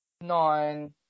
nine